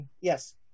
yes